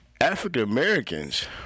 African-Americans